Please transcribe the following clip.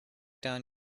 down